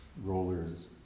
rollers